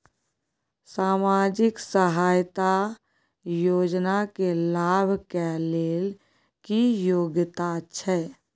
सामाजिक सहायता योजना के लाभ के लेल की योग्यता छै?